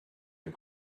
and